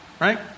right